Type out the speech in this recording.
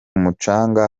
mucanga